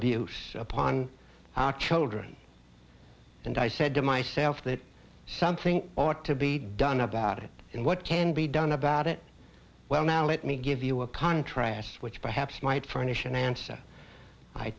abuse upon our children and i said to myself that something ought to be done about it and what can be done about it well now let me give you a contrast which perhaps might furnish an answer i